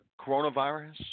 coronavirus